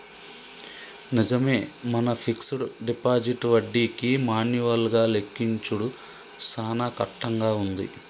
నిజమే మన fixed deposit వడ్డీకి మాన్యువల్ గా లెక్కించుడు సాన కట్టంగా ఉంది